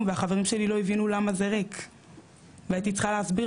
והחברים שלי לא הבינו למה זה ריק והייתי צריכה להסביר